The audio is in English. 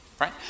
right